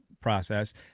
Process